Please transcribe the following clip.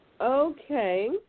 Okay